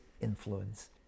influence